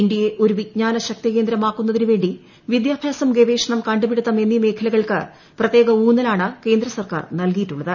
ഇന്ത്യയെ ഒരു വിജ്ഞാന ശക്തികേന്ദ്രം ആക്കുന്നതിനു വേണ്ടി വിദ്യാഭ്യാസം ഗവേഷണം കണ്ടുപിടിത്തം എന്നീ മേഖലകൾക്ക് പ്രത്യേക ഊന്നൽ ആണ് കേന്ദ്ര സർക്കാർ നൽകിയിട്ടുള്ളത്